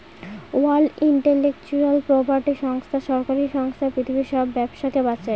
world intellectual property সংস্থা সরকারি সংস্থা পৃথিবীর সব ব্যবসাকে বাঁচায়